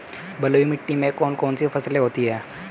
बलुई मिट्टी में कौन कौन सी फसलें होती हैं?